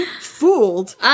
fooled